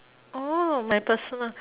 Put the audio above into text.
oh my personal